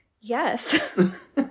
Yes